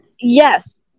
yes